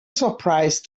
surprise